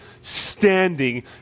standing